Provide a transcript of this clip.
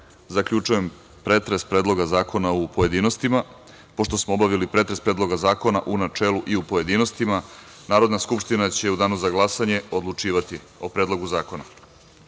zaključujem pretres Predloga zakona u pojedinostima. Pošto smo obavili pretres Predloga zakona u načelu i u pojedinostima, Narodna skupština će u Danu za glasanje odlučivati o Predlogu